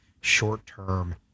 short-term